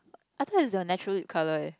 I thought is your natural lip colour eh